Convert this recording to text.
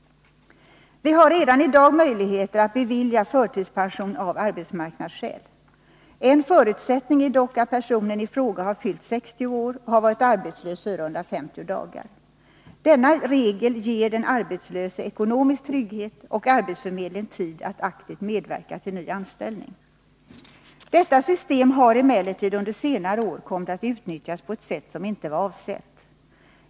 Vi har redan i dag möjligheter att bevilja förtidspension av arbetsmarknadsskäl. En förutsättning är dock att personen i fråga har fyllt 60 år och har varit arbetslös 450 dagar. Denna regel ger den arbetslöse ekonomisk trygghet och arbetsförmedlingen tid att aktivt medverka till ny anställning. Detta system har emellertid under senare år kommit att utnyttjas på ett sätt som inte var avsett.